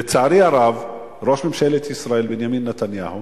לצערי הרב, ראש ממשלת ישראל בנימין נתניהו